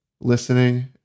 listening